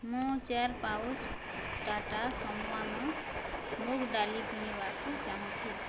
ମୁଁ ଚାର୍ ପାଉଚ୍ ଟାଟା ସମ୍ମାନ ମୁଗ୍ ଡ଼ାଲି କିଣିବାକୁ ଚାହୁଁଛି